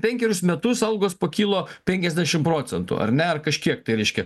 penkerius metus algos pakilo penkiasdešim procentų ar ne ar kažkiek tai reiškia